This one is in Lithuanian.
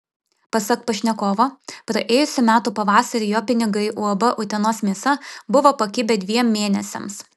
pasak pašnekovo praėjusių metų pavasarį jo pinigai uab utenos mėsa buvo pakibę dviem mėnesiams